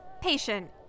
patient